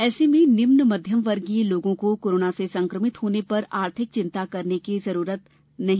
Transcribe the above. ऐसे में निम्न मध्यमवर्गीय लोगों को कोरोना से संक्रमित होने पर आर्थिक चिंता करने की जरूरत नहीं रही